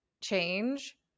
change